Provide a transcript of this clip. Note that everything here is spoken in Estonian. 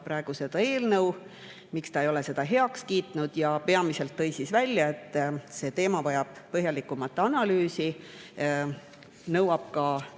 praegu seda eelnõu, miks ta ei ole seda heaks kiitnud, ja peamiselt tõi välja, et see teema vajab põhjalikumat analüüsi, nõuab ka